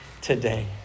today